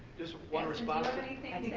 just want to response